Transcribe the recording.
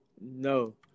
No